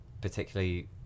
particularly